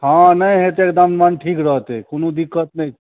हँ नहि होयतै एकदम मन ठीक रहतै कोनो दिक्कत नहि